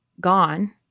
gone